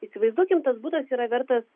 įsivaizduokim tas butas yra vertas